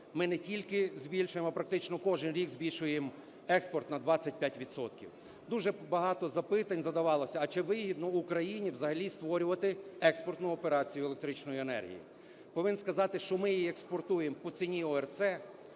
ми не тільки збільшуємо, а практично кожний рік збільшуємо експорт на 25 відсотків. Дуже багато запитань задавалося: а чи вигідно Україні взагалі створювати експортну операцію електричної енергії? Повинен сказати, що ми її експортуємо по ціні ОРЦ,